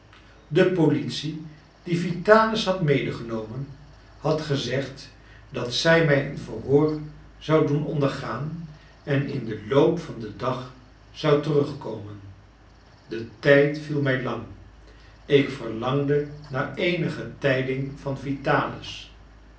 de politie die vitalis had medegenomen had gezegd dat zij mij een verhoor zou doen ondergaan en in den loop van den dag zou terugkomen de tijd viel mij lang ik verlangde naar eenige tijding van vitalis